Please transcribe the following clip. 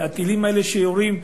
הטילים האלה שיורים,